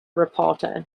reporter